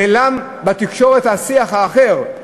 "נעלם בתקשורת השיח האחר,